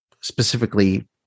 specifically